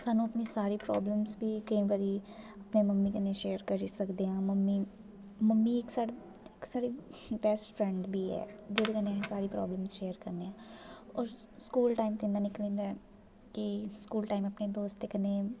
सानूं अपनी सारी प्रॉब्लम्स बी मम्मी कन्नै शेयर करी सकदे आं मम्मी मम्मी इक साढ़ी इक साढ़ी बेस्ट फ्रेंड बी ऐ जोह्दे कन्नै अस सारी प्रॉब्लम शेयर करने आं होर स्कूल टैम ते इ'यां निकली जंदा ऐ कि स्कूल टाइम अपने दोस्तें कन्नै